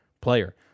player